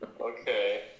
okay